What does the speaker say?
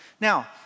Now